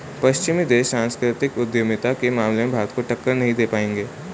पश्चिमी देश सांस्कृतिक उद्यमिता के मामले में भारत को टक्कर नहीं दे पाएंगे